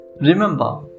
Remember